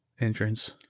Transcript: entrance